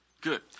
Good